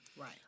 Right